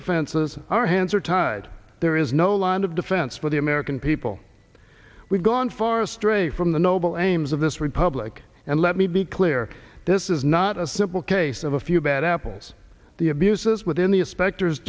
offenses our hands are tied there is no line of defense for the american people we've gone far astray from the noble aims of this republic and let me be clear this is not a simple case of a few bad apples the abuses within the inspectors